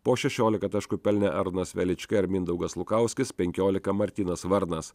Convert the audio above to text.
po šešiolika taškų pelnę arnas velička ir mindaugas lukauskis penkiolika martynas varnas